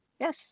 Yes